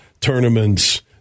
tournaments